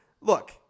look